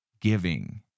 giving